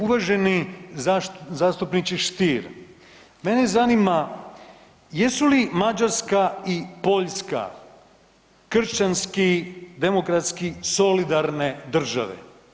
Uvaženi zastupniče Stier, mene zanima jesu li Mađarska i Poljska kršćani demokratski solidarne države?